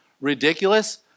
ridiculous